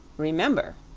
remember,